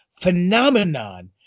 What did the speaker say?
phenomenon